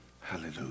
hallelujah